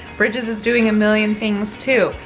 bridget is doing a million things too.